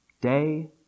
day